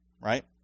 right